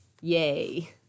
Yay